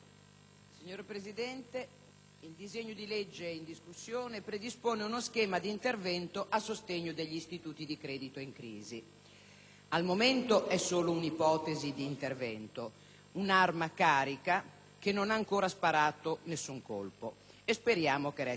il disegno di legge in discussione predispone uno schema di intervento a sostegno degli istituti di credito in crisi. Al momento è solo un'ipotesi di intervento, un'arma carica che non ha ancora sparato alcun colpo e che speriamo resti nel cassetto e sotto chiave.